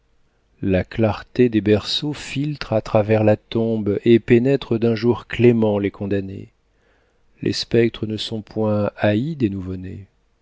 la clarté des berceaux filtre à travers la tombe et pénètre d'un jour clément les condamnés les spectres ne sont point haïs des nouveau-nés